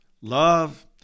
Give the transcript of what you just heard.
Love